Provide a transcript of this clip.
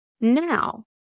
Now